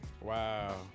Wow